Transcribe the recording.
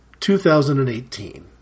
2018